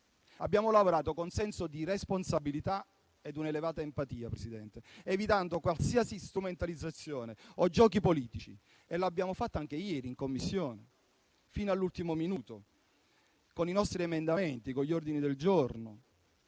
abbiamo lavorato con senso di responsabilità ed elevata empatia, evitando qualsiasi strumentalizzazione o giochi politici. Lo abbiamo fatto anche ieri in Commissione, fino all'ultimo minuto, con i nostri emendamenti ed ordini del giorno.